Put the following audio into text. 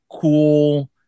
cool